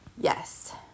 Yes